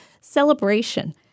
Celebration